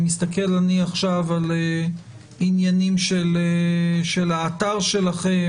אני מסתכל עכשיו על עניינים של האתר שלכם,